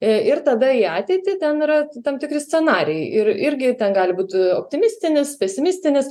ė ir tada į ateitį ten yra tam tikri scenarijai ir irgi ten gali būt optimistinis pesimistinis